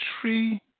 tree